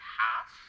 half